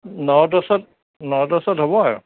ন দহত ন দহত হ'ব আৰু